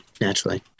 naturally